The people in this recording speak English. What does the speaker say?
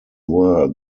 were